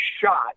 shot